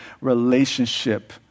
relationship